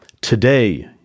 today